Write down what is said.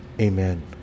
amen